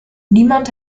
niemand